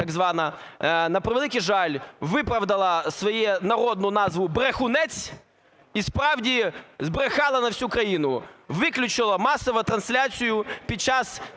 на превеликий жаль, виправдала свою народну назву "брехунець" і справді збрехала на всю країну. Виключила масово трансляцію під час